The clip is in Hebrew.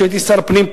כשהייתי שר פנים,